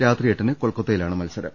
രാത്രി എട്ടിന് കൊൽക്കത്തയിലാണ് മത്സരം